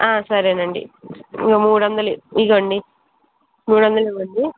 సరేనండి ఓ మూడు వందలు ఇదిగోనండీ మూడు వందలు ఇవ్వండి